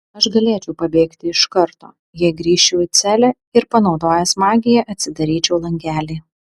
aš galėčiau pabėgti iš karto jei grįžčiau į celę ir panaudojęs magiją atsidaryčiau langelį